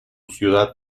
ciudad